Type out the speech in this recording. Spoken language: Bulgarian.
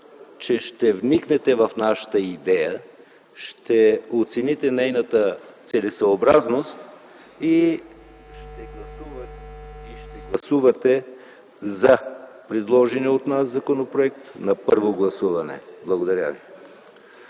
че ще вникнете в нашата идеята, ще оцените нейната целесъобразност и ще гласувате за предложения от нас законопроект на първо гласуване. Благодаря Ви.